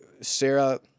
Sarah